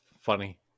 funny